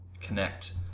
connect